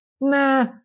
nah